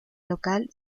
local